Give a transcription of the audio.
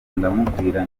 ndamubwira